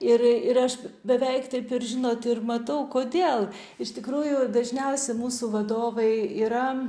ir ir aš beveik taip ir žinot ir matau kodėl iš tikrųjų dažniausia mūsų vadovai yra